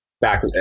back